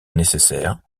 nécessaire